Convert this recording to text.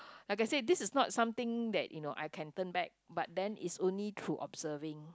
like I said this is not something that you know I can turn back but then it's only through observing